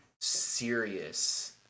serious